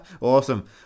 Awesome